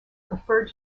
preferred